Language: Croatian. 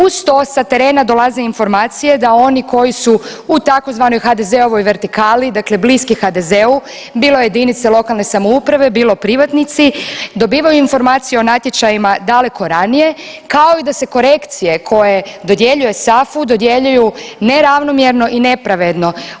Uz to sa terena dolaze informacije da oni koji su u tzv. HDZ-ovoj vertikali, dakle bliski HDZ-u bilo jedinice lokalne samouprave, bilo privatnici dobivaju informacije o natječajima daleko ranije kao i da se korekcije koje dodjeljuje SAFU dodjeljuju neravnomjerno i nepravedno.